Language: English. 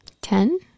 Ten